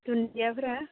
दुनदियाफोरा